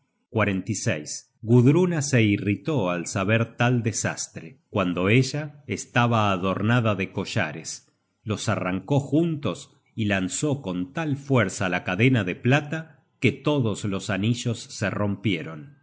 de la sala gudruna se irritó al saber tal desastre cuando ella estaba adornada de collares los arrancó juntos y lanzó con tal fuerza la cadena de plata que todos los anillos se rompieron